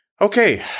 okay